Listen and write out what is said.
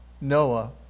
Noah